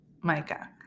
Micah